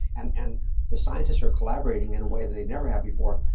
and and the scientists are collaborating, in a way that they never had before.